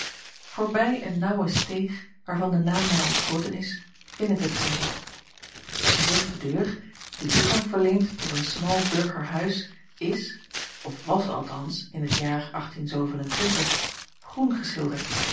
voorbij een naauwe steeg waarvan de naam mij ontschoten is binnen te treden gezegde deur die toegang verleent tot een smal burgerhuis is of was althans in t jaar groen geschilderd